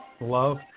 love